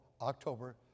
October